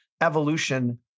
evolution